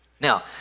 now